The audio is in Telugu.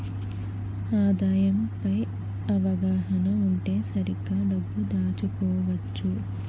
ఆదాయం పై అవగాహన ఉంటే సరిగ్గా డబ్బు దాచుకోవచ్చు